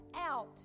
out